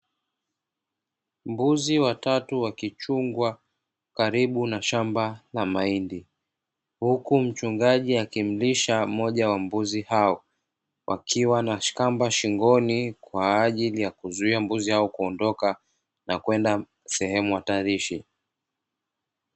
Mbuzi watatu wakichungwa karibu na shamba la mahindi huku mchungaji akimlisha mmoja wa mbuzi hao wakiwa na shamba shingoni kwa ajili ya kuzuia mbuzi hao kuondoka na kwenda sehemu hatarishi.